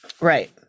Right